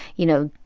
you know,